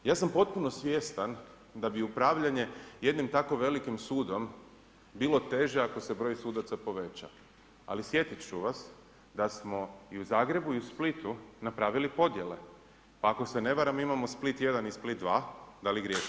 Ja sam potpuno svjestan da bi upravljanje jednim tako velikim sudom bilo teže ako se broj sudaca poveća, ali podsjetit ću vas da smo i u Zagrebu i u Splitu napravili podjele pa ako se ne varam imamo Split 1 i Split 2, da li griješim?